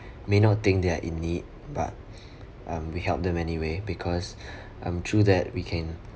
may not think they are in need but um we help them anyway because um through that we can